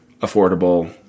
affordable